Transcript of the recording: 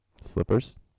Slippers